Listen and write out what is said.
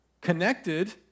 connected